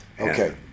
Okay